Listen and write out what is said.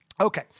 Okay